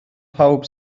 pawb